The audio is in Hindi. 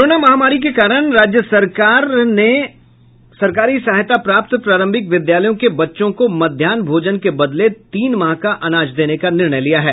कोरोना महामारी के कारण राज्य ने सरकार और सरकारी सहायता प्राप्त प्रारंभिक विद्यालयों के बच्चों को मध्याहन भोजन के बदले तीन माह का अनाज देने का निर्णय लिया है